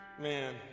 Man